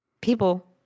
people